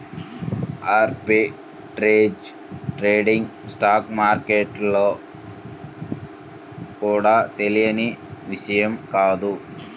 arbitrage trading stock మార్కెట్లలో కూడా తెలియని విషయం కాదు